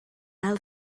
ail